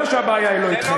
אני יודע שהבעיה היא לא אתכם.